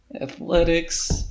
Athletics